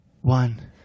One